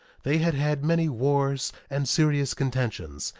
they had had many wars and serious contentions,